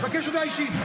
אני מבקש הודעה אישית.